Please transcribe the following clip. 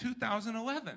2011